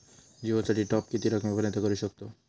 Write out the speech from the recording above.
जिओ साठी टॉप किती रकमेपर्यंत करू शकतव?